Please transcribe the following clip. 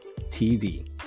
tv